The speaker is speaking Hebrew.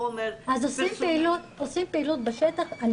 חומר --- אז עושים פעילות בשטח,